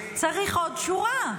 צריך עוד שורה.